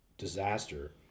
disaster